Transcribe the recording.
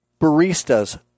Baristas